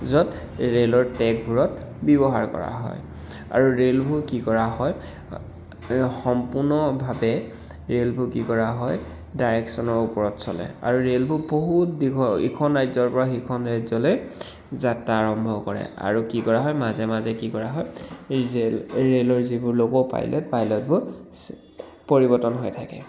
য'ত ৰে'লৰ ট্ৰেকবোৰত ব্যৱহাৰ কৰা হয় আৰু ৰে'লবোৰ কি কৰা হয় সম্পূৰ্ণভাৱে ৰে'লবোৰ কি কৰা হয় ডাইৰেকচনৰ ওপৰত চলে আৰু ৰে'লবোৰ বহুত দীঘল ইখন ৰাজ্যৰ পৰা সিখন ৰাজ্যলৈ যাত্ৰা আৰম্ভ কৰে আৰু কি কৰা হয় মাজে মাজে কি কৰা হয় এই যে ৰে'লৰ যিবোৰ লক'পাইলেট পাইলেটবোৰ পৰিৱৰ্তন হৈ থাকে